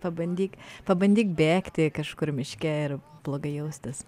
pabandyk pabandyk bėgti kažkur miške ir blogai jaustis